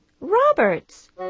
Roberts